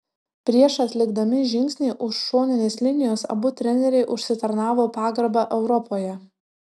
prieš atlikdami žingsnį už šoninės linijos abu treneriai užsitarnavo pagarbą europoje